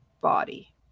body